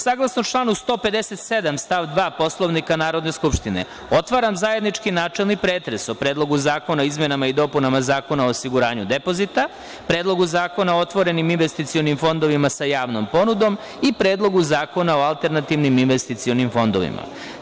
Saglasno članu 157. stav 2. Poslovnika Narodne skupštine otvaram zajednički načelni pretres o Predlogu zakona o izmenama i dopunama Zakona o osiguranja depozita, Predlogu zakona o otvorenim investicionim fondovima sa javnom ponudom i Predlogu zakona o alternativnim investicionim fondovima.